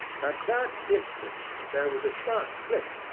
at that instant there was a sharp click,